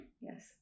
Yes